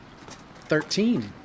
Thirteen